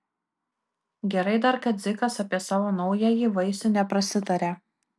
gerai dar kad dzikas apie savo naująjį vaisių neprasitarė